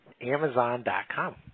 Amazon.com